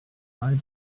site